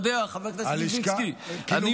ברגע שעשית את זה, הרגת.